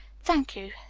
thank you,